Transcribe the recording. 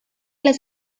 las